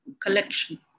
collection